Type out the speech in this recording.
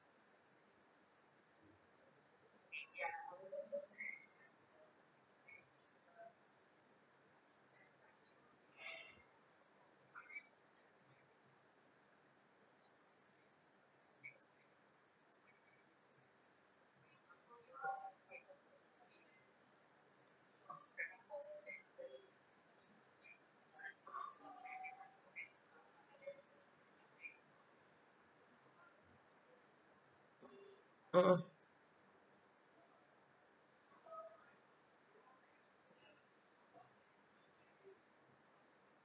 mmhmm